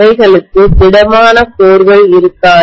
அவைளுக்கு திடமான கோர்கள் இருக்காது